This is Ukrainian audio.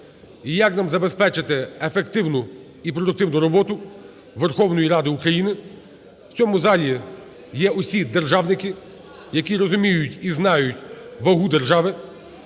І як нам забезпечити ефективну і продуктивну роботу Верховної Ради України. В цьому залі є всі державники, які розуміють і знають вагу держави.